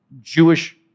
Jewish